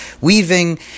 weaving